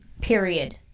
Period